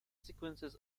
sequences